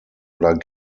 oder